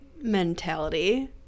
mentality